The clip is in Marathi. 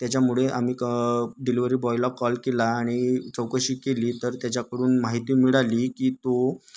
त्याच्यामुळे आम्ही क डिलिवरी बॉयला कॉल केला आणि चौकशी केली तर त्याच्याकडून माहिती मिळाली की तो